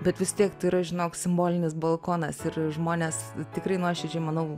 bet vis tiek tai yra žinok simbolinis balkonas ir žmonės tikrai nuoširdžiai manau